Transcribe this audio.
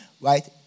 right